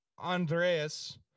Andreas